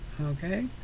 okay